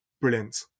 Brilliant